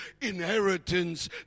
inheritance